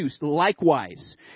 likewise